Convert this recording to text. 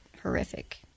horrific